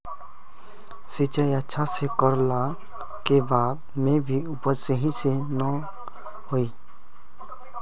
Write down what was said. सिंचाई अच्छा से कर ला के बाद में भी उपज सही से ना होय?